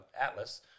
Atlas